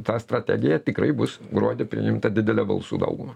ta strategija tikrai bus gruodį priimta didele balsų dauguma